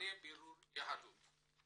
טעוני בירור יהדות.